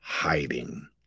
hiding